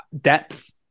depth